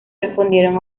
respondieron